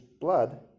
blood